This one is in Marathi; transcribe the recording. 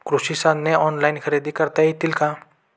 कृषी साधने ऑनलाइन खरेदी करता येतील का?